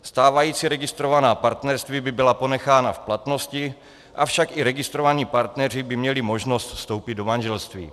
Stávající registrovaná partnerství by byla ponechána v platnosti, avšak i registrovaní partneři by měli možnost vstoupit do manželství.